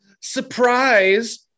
surprise